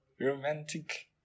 romantic